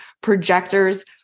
Projectors